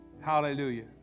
Hallelujah